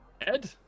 Ed